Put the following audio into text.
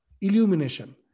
illumination